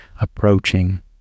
approaching